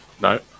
No